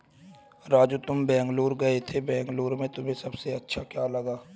राजू तुम बेंगलुरु गए थे बेंगलुरु में तुम्हें सबसे अच्छा क्या लगा?